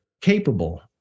capable